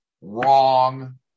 wrong